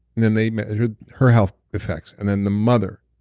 then they measured her health effects, and then the mother,